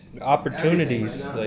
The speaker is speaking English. Opportunities